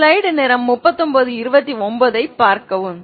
u2 v1